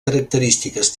característiques